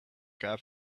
cap